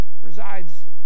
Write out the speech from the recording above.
resides